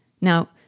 Now